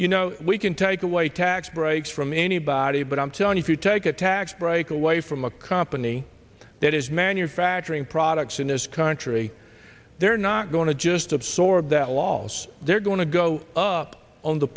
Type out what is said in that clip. you know we can take away tax breaks from anybody but i'm telling you to take a tax break away from a company that is manufacturing products in this country they're not going to just absorb that loss they're going to go up on the